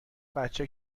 بچه